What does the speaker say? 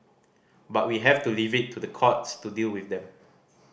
but we have to leave it to the courts to deal with them